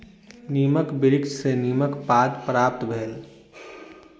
नीमक वृक्ष सॅ नीमक पात प्राप्त भेल